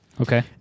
Okay